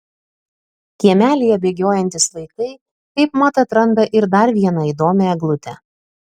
kiemelyje bėgiojantys vaikai kaip mat atranda ir dar vieną įdomią eglutę